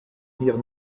hier